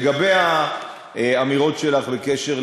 לגבי האמירות שלך בעניין